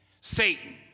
Satan